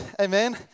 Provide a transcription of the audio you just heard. amen